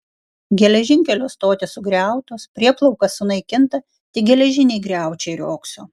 geležinkelio stotys sugriautos prieplauka sunaikinta tik geležiniai griaučiai riogso